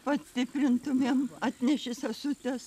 patikrintumėm atnešė sesutės